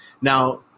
Now